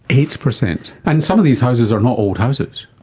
eight percent! and some of these houses are not old houses.